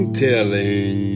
telling